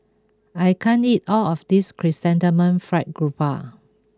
I can't eat all of this Chrysanthemum Fried Garoupa